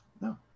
no